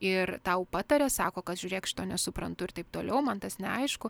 ir tau pataria sako kad žiūrėk šito nesuprantu ir taip toliau man tas neaišku